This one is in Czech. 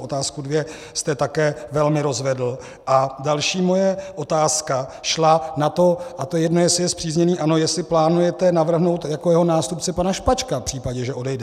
Otázku dvě jste také velmi rozvedl a další moje otázka šla na to, a to je jedno, jestli je spřízněný ANO, jestli plánujete navrhnout jako jeho nástupce pana Špačka v případě, že odejde.